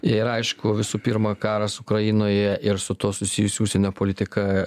ir aišku visų pirma karas ukrainoje ir su tuo susijusi užsienio politika